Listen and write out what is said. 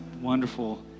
wonderful